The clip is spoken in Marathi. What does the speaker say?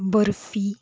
बर्फी